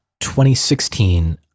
2016